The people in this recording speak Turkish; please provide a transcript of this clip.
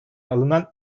alınan